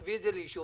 נביא אותם לאישור,